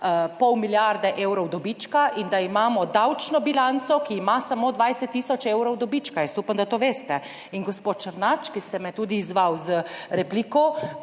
pol milijarde evrov dobička in da imamo davčno bilanco, ki ima samo 20 tisoč evrov dobička. Jaz upam, da to veste. Gospod Černač, ki ste me tudi izzvali z repliko,